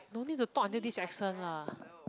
no need to talk until this accent lah